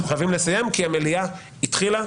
אנחנו חייבים לסיים כי המליאה מתחילה.